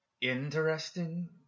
Interesting